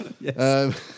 Yes